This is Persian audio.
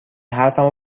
حرفمو